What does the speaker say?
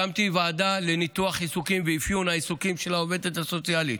הקמתי ועדה לניתוח עיסוקים ואפיון העיסוקים של העובדת הסוציאלית.